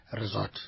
resort